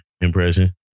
impression